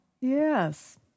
Yes